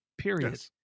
Period